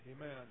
Amen